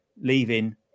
leaving